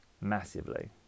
massively